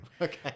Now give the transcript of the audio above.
Okay